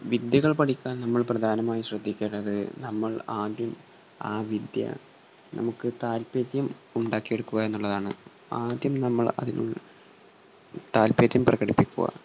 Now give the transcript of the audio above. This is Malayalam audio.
വിദ്യകൾ പഠിക്കാൻ നമ്മൾ പ്രധാനമായി ശ്രദ്ധിക്കേണ്ടത് നമ്മൾ ആദ്യം ആ വിദ്യ നമുക്ക് താൽപര്യം ഉണ്ടാക്കിയെടുക്കുക എന്നുള്ളതാണ് ആദ്യം നമ്മൾ അതിന് താൽപര്യം പ്രകടിപ്പിക്കുക